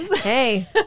Hey